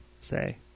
say